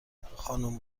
خانم